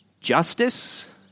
Justice